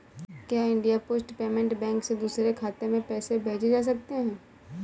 क्या India post payment bank से दूसरे खाते में पैसे भेजे जा सकते हैं?